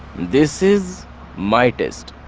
this is my taste.